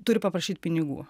turi paprašyt pinigų